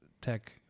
Tech